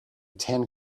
tan